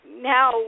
Now